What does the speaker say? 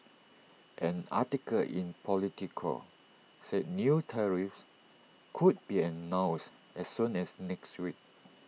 an article in Politico said new tariffs could be announced as soon as next week